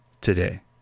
today